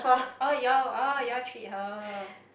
oh you all oh you all treat her